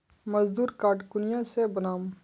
मजदूर कार्ड कुनियाँ से बनाम?